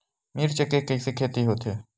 मिर्च के कइसे खेती होथे?